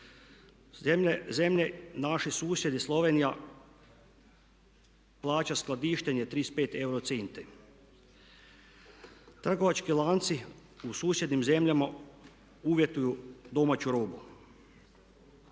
Zemlje naši susjedi, Slovenija plaća skladištenje 35 euro centi. Trgovački lanci u susjednim zemljama uvjetuju domaću robu.